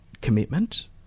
Commitment